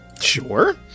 Sure